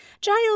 Giles